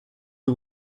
you